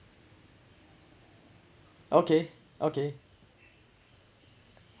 okay okay